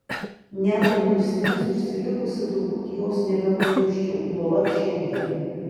net ant usnies užsilipusi turbūt jos nebepajusčiau juolab šiandien